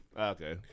Okay